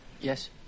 Yes